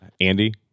Andy